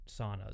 saunas